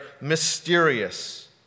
mysterious